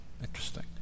Interesting